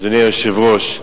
אדוני היושב-ראש,